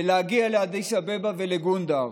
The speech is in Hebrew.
ולהגיע לאדיס אבבה ולגונדר,